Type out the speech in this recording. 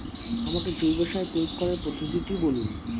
আমাকে জৈব সার প্রয়োগ করার পদ্ধতিটি বলুন?